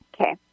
Okay